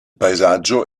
paesaggio